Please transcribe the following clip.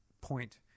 point